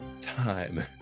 Time